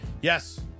Yes